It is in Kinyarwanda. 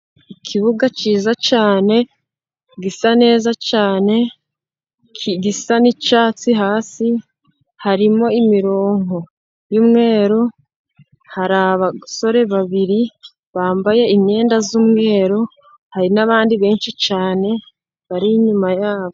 Ikibuga cyiza cyane gisa neza cyane gisa n'icyatsi, hasi harimo imirongo y'umweru. Hari abasore babiri bambaye imyenda y'umweru, hari n'abandi benshi cyane bari inyuma yabo.